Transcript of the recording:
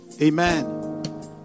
Amen